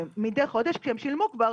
מדי חודש כשהם שילמו כבר